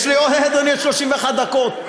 יש לי, אדוני, עוד 31 דקות.